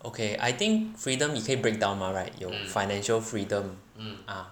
okay I think freedom 你可以 breakdown right 有 financial freedom ah